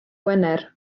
gwener